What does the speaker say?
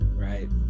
right